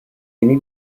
yeni